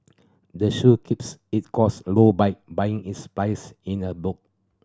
the shop keeps its cost low by buying its supplies in a bulk